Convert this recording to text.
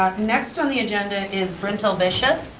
ah next on the agenda is brintell bishop.